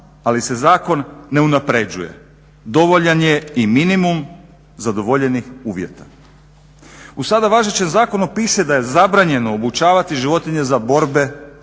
ali se zakon ne unapređuje. Dovoljan je i minimum zadovoljenih uvjeta. U sada važećem zakonu piše da je zabranjeno obučavati životinje za borbe,